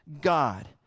God